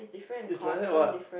it's like that what